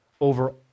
over